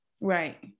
Right